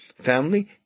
family